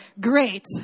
Great